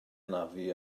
anafu